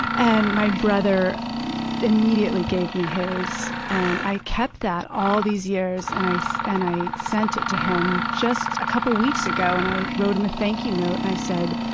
and my brother immediately gave me his. and i kept that all these years, and i and i sent it to him just a couple weeks ago. and i wrote him a thank-you note, and i said,